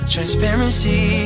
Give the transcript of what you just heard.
Transparency